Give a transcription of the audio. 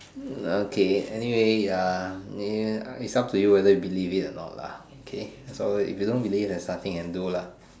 ya okay anyway ya its up to you whether you believe it or not lah okay so if you don't believe there's nothing I can do lah